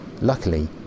Luckily